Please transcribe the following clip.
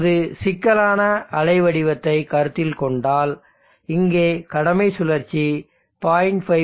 இப்போது சிக்கலான அலைவடிவத்தை கருத்தில் கொண்டால் இங்கே கடமை சுழற்சி 0